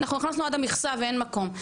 אנחנו נכנסנו עד המכסה ואין מקום.